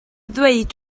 ddweud